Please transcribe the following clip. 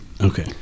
Okay